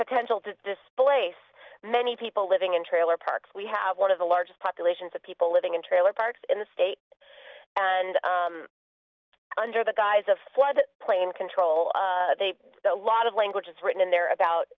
potential to displace many people living in trailer parks we have one of the largest populations of people living in trailer parks in the state and under the guise of flood plain control a lot of language is written in there about